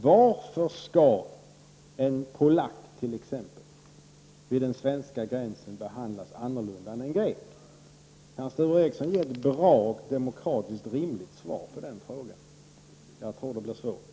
Varför skall t.ex. en polack vid den svenska gränsen behandlas annorlunda än en grek? Kan Sture Ericson ge ett bra, demokratiskt rimligt svar på den frågan? Jag tror att det blir svårt.